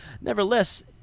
Nevertheless